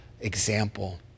example